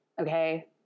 Okay